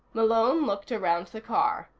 malone looked around the car.